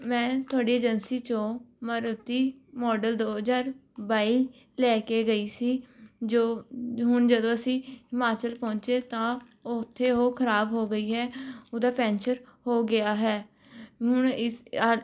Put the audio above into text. ਮੈਂ ਤੁਹਾਡੀ ਏਜੰਸੀ 'ਚੋਂ ਮਾਰੂਤੀ ਮਾਡਲ ਦੋ ਹਜ਼ਾਰ ਬਾਈ ਲੈ ਕੇ ਗਈ ਸੀ ਜੋ ਹੁਣ ਜਦੋਂ ਅਸੀਂ ਹਿਮਾਚਲ ਪਹੁੰਚੇ ਤਾਂ ਉੱਥੇ ਉਹ ਖਰਾਬ ਹੋ ਗਈ ਹੈ ਉਹਦਾ ਪੈਂਚਰ ਹੋ ਗਿਆ ਹੈ ਹੁਣ ਇਸ ਅ